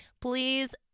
Please